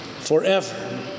forever